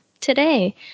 today